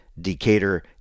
Decatur